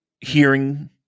hearing